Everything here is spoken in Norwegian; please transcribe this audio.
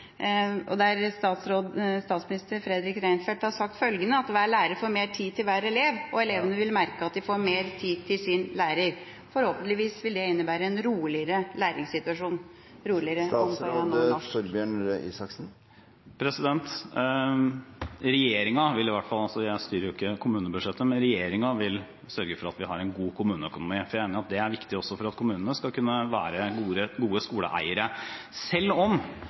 der statsminister Fredrik Reinfeldt har sagt at hver lærer får mer tid til hver enkelt elev, og elevene vil merke at de får mer tid med sin lærer, og at det forhåpentligvis vil innebære en roligere læringssituasjon. Regjeringen vil i hvert fall – jeg styrer jo ikke kommunebudsjettet – sørge for at vi har en god kommuneøkonomi. Jeg regner med at det er viktig også for at kommunene skal kunne være gode skoleeiere, selv om